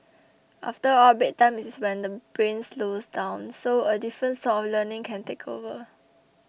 after all bedtime is when the brain slows down so a different sort of learning can take over